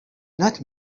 not